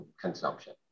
consumption